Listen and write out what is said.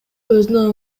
өзүнө